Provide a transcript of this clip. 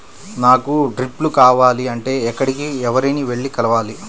నాకు డ్రిప్లు కావాలి అంటే ఎక్కడికి, ఎవరిని వెళ్లి కలవాలి?